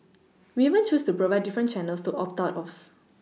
we even choose to provide different Channels to opt out of